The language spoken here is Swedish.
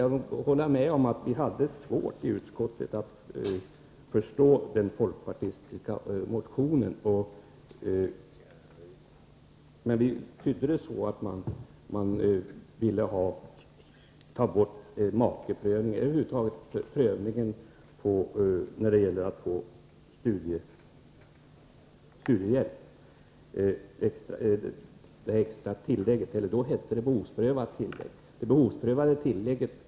Jag måste medge att det var svårt för oss i utskottet att förstå den folkpartistiska motionen. Vi tydde den så, att man ville slopa äktamakeprövningen eller över huvud taget prövningen vid ansökan om studiehjälp. Tidigare hade vi ett behovsprövat tillägg. Förslaget innebär alltså att vi slopar det behovsprövade tillägget.